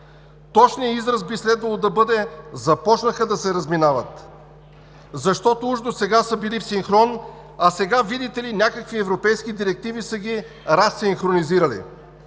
Точният израз, би следвало да бъде „започнаха да се разминават“, защото уж досега са били в синхрон, а сега, видите ли, някакви европейски директиви са ги разсинхронизирали.